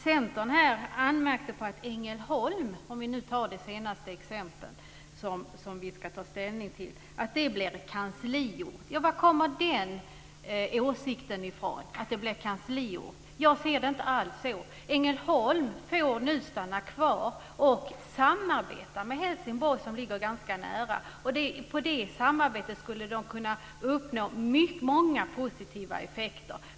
Centern anmärkte här på att Ängelholm, om vi nu tar det senaste exemplet som vi ska ta ställning till, blir kansliort. Vad kommer åsikten att det blir kansliort ifrån? Jag ser det inte alls så. Ängelholm får nu vara kvar och samarbeta med Helsingborg, som ligger ganska nära. Genom det samarbetet skulle man kunna uppnå många positiva effekter.